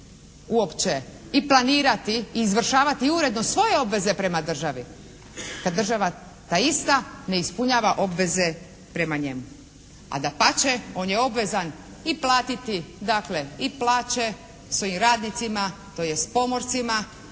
uopće i planirati i izvršavati uredno svoje obveze prema državi, kad država ta ista ne ispunjava obveze prema njemu. A dapače, on je obvezan i platiti dakle i plaće svojim radnicima tj. pomorcima